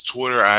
Twitter